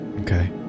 Okay